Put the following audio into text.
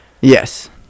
Yes